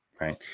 right